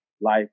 life